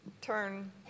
turn